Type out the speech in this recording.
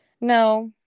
no